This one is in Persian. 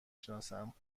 شناسم